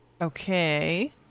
Okay